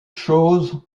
chose